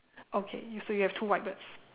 okay you so you have two white birds